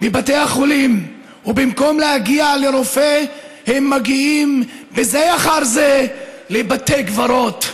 בבתי החולים ובמקום להגיע לרופא הם מגיעים זה אחר זה לבתי קברות.